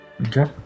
Okay